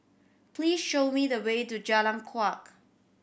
please show me the way to Jalan Kuak